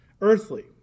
Earthly